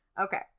Okay